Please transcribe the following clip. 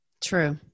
True